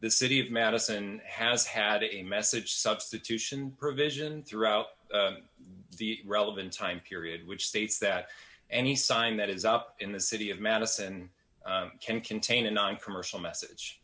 the city of madison has had a message substitution provision throughout the relevant time period which states that any sign that is up in the city of madison can contain a noncommercial message